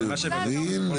אני מבין.